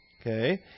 Okay